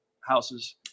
houses